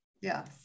Yes